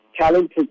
talented